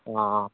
অঁ অঁ